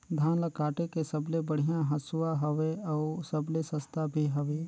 धान ल काटे के सबले बढ़िया हंसुवा हवये? अउ सबले सस्ता भी हवे?